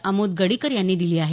आमोद गडीकर यांनी दिली आहे